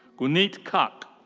guneet khakh.